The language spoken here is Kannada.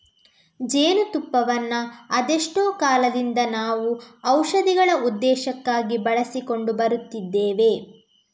ಜೇನು ತುಪ್ಪವನ್ನ ಅದೆಷ್ಟೋ ಕಾಲದಿಂದ ನಾವು ಔಷಧಗಳ ಉದ್ದೇಶಕ್ಕಾಗಿ ಬಳಸಿಕೊಂಡು ಬರುತ್ತಿದ್ದೇವೆ